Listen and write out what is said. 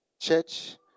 Church